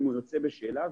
יוצאים בשאלה.